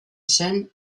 zen